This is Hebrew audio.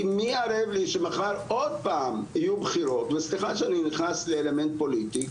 כי מי ערב לי שמחר עוד פעם יהיו בחירות וסליחה שאני נכנס לאלמנט פוליטי,